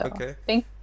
Okay